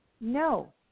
No